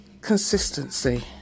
consistency